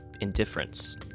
indifference